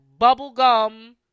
bubblegum